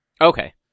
Okay